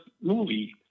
movie